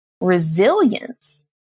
resilience